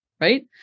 right